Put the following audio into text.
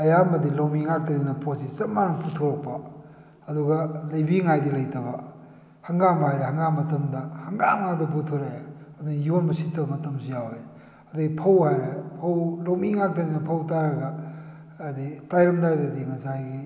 ꯑꯌꯥꯝꯕꯗꯤ ꯂꯧꯃꯤ ꯉꯥꯛꯇꯅꯤꯅ ꯄꯣꯠꯁꯤ ꯆꯝ ꯃꯥꯟꯅꯅ ꯄꯨꯊꯣꯛꯄ ꯑꯗꯨꯒ ꯂꯩꯕꯤꯉꯥꯏꯗꯤ ꯂꯩꯇꯕ ꯍꯪꯒꯥꯝ ꯍꯥꯏꯔꯦ ꯍꯪꯒꯥꯝ ꯃꯇꯝꯗ ꯍꯪꯒꯥꯝ ꯉꯥꯛꯇ ꯄꯨꯊꯣꯔꯛꯑꯦ ꯑꯗꯨꯅ ꯌꯣꯟꯕ ꯁꯤꯠꯇꯕ ꯃꯇꯝꯁꯨ ꯌꯥꯎꯋꯦ ꯑꯗꯒꯤ ꯐꯧ ꯍꯥꯏꯔꯦ ꯐꯧ ꯂꯧꯃꯤ ꯉꯥꯛꯇꯅꯤꯅ ꯐꯧ ꯇꯥꯏꯔꯒ ꯍꯥꯏꯗꯤ ꯇꯥꯏꯔꯝꯗꯥꯏꯗꯗꯤ ꯉꯁꯥꯏꯒꯤ